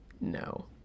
No